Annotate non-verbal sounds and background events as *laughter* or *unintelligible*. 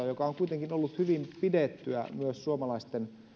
*unintelligible* joka on kuitenkin ollut hyvin pidettyä myös suomalaisten